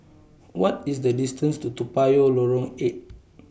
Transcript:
What IS The distance to Toa Payoh Lorong eight